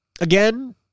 Again